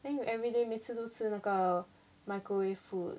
then you everyday 每次都吃那个 microwave food